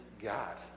God